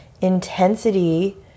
intensity